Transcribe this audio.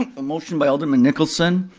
ah motion by alderman nicholson,